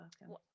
welcome